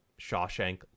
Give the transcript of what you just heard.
Shawshank